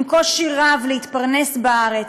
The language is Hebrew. עם קושי רב להתפרנס בארץ.